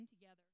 together